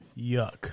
yuck